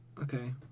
Okay